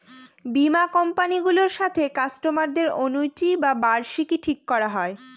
বীমা কোম্পানি গুলোর সাথে কাস্টমারদের অনুইটি বা বার্ষিকী ঠিক করা হয়